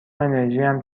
انرژیم